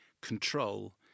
control